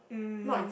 um